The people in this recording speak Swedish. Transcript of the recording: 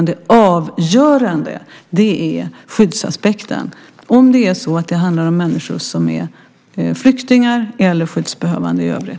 Det avgörande är skyddsaspekten, om det handlar om människor som är flyktingar eller skyddsbehövande i övrigt.